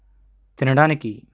తినడానికి